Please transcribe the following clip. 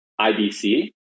IBC